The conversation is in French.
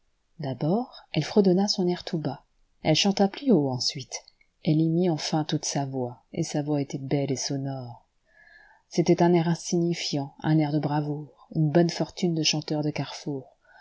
d'abord elle fredonna son air tout bas elle chanta plus haut ensuite elle y mit enfin toute sa voix et sa voix était belle et sonore c'était un air insignifiant un air de bravoure une bonne fortune de chanteur de carrefour